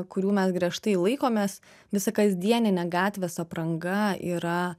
kurių mes griežtai laikomės visa kasdieninė gatvės apranga yra